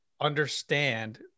understand